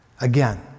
Again